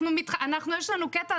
יש לנו קטע,